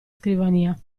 scrivania